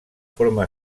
forma